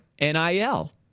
NIL